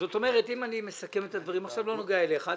זאת אומרת שאם אני מסכם את הדברים לא בנוגע אליך,